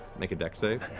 make a dex save.